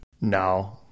No